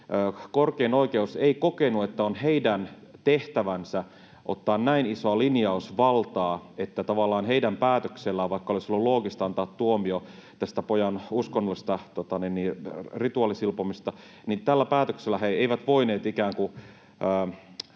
korkein oikeus ei kokenut, että on heidän tehtävänsä ottaa näin isoa linjausvaltaa. Eli tavallaan he eivät päätöksellään — vaikka olisi ollut loogista antaa tuomio tästä pojan uskonnollisesta rituaalisilpomisesta — voineet